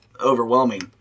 overwhelming